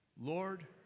Lord